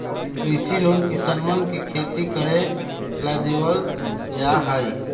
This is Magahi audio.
कृषि लोन किसनवन के खेती करे ला देवल जा हई